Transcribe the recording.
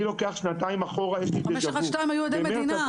אני לוקח שנתיים אחורה --- 512 היו עדי מדינה,